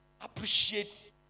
appreciate